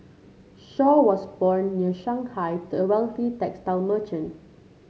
Shaw was born near Shanghai to a wealthy textile merchant